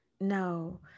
No